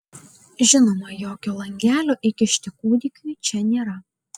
žinoma jokio langelio įkišti kūdikiui čia nėra